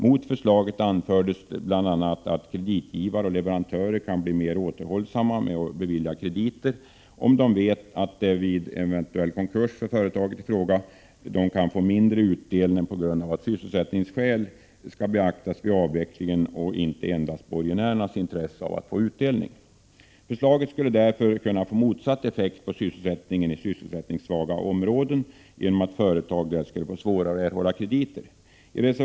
Mot förslaget anfördes bl.a. att kreditgivare och leverantörer kan bli mer återhållsamma med att bevilja krediter, om de vet att de vid en eventuell konkurs för företaget i fråga kan få mindre utdelning på grund av att sysselsättningsskäl— och inte endast borgenärens intresse av att få utdelning — skall beaktas vid avvecklingen. Förslaget skulle kunna få motsatt effekt på sysselsättningen i sysselsättningssvaga områden på grund av att företag där skulle få svårare att erhålla krediter.